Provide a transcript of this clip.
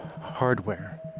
hardware